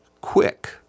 quick